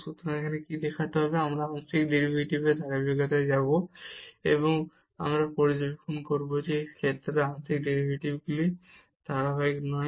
সুতরাং এখন কি দেখাতে হবে আমরা আংশিক ডেরিভেটিভের ধারাবাহিকতায় যাব এবং আমরা পর্যবেক্ষণ করব যে এই ক্ষেত্রে আংশিক ডেরিভেটিভগুলি ধারাবাহিক নয়